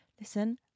listen